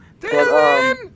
Dylan